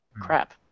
crap